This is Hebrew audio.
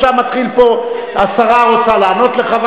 עכשיו מתחיל פה, השרה רוצה לענות לך.